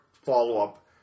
follow-up